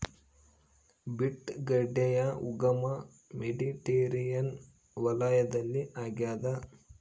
beet ಗಡ್ಡೆಯ ಉಗಮ Mediterranean ವಲಯದಲ್ಲಿ ಆಗ್ಯಾದ